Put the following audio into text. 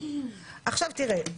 עכשיו, תראה,